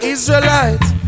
Israelites